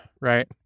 right